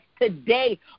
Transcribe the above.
today